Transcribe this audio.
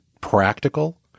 practical